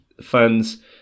fans